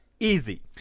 Easy